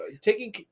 Taking